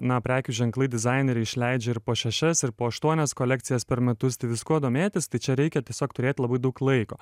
na prekių ženklai dizaineriai išleidžia ir po šešias ir po aštuonias kolekcijas per metus tai viskuo domėtis tai čia reikia tiesiog turėt labai daug laiko